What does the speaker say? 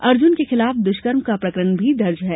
अर्जुन के खिलाफ द्वष्कर्म का प्रकरण भी दर्ज है